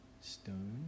stone